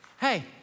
Hey